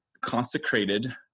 consecrated